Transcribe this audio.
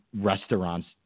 restaurants